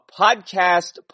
podcast